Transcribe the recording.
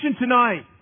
tonight